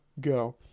Go